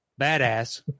badass